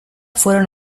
fueron